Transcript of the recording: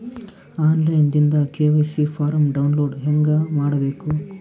On line ದಿಂದ KYC form download ಹೇಂಗ ಮಾಡಬೇಕು?